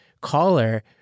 caller